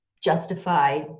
justify